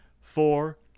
four